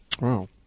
Wow